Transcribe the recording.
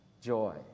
Joy